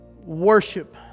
worship